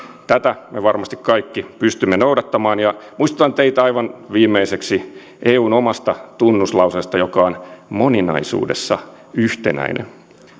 näitä me kaikki varmasti pystymme noudattamaan ja muistutan teitä aivan viimeiseksi eun omasta tunnuslauseesta joka on moninaisuudessaan yhtenäinen